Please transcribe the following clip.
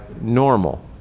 normal